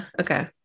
okay